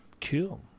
Cool